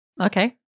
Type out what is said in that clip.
Okay